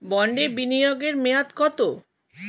বন্ডে বিনিয়োগ এর মেয়াদ কত?